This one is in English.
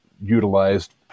utilized